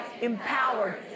empowered